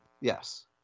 yes